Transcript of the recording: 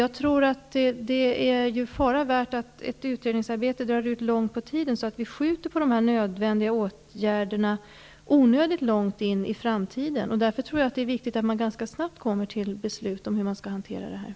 Jag tror att det är fara värt att ett utredningarbete drar ut på tiden, så att vi skjuter på dessa nödvändiga åtgärder onödigt långt in i framtiden. Jag tror att det är viktigt att man ganska snabbt kommer till beslut om hur man skall hantera detta.